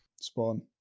Spawn